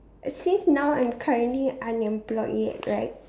actually now I'm currently unemployed yet right